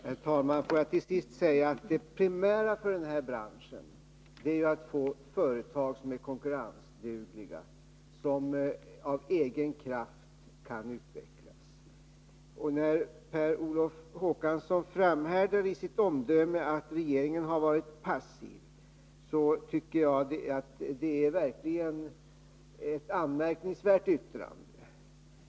Herr talman! Får jag till sist säga att det primära för den här branschen är att få företag som är konkurrensdugliga, som av egen kraft kan utvecklas — och när Per Olof Håkansson framhärdar i sitt omdöme att regeringen varit passiv tycker jag att det verkligen är ett anmärkningsvärt yttrande.